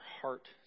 heart